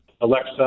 Alexa